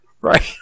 right